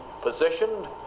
positioned